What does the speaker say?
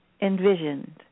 envisioned